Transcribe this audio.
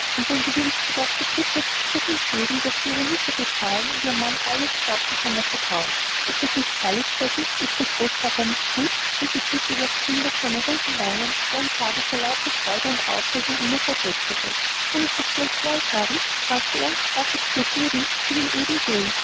gegeben wenn du nun willst so darfst du bridget so viel geben daß sie ihre miete bezahlen und ihrem manne alles kaufen kann was er braucht ist das nicht herrlich ceddie ist der großpapa nicht gut und sie küßte das kind auf seine runden wangen deren farbe vor lauter freude und aufregung immerfort wechselte kann ich das geld jetzt gleich haben rief er darf ich's ihr jetzt geben sie will eben gehen